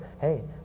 hey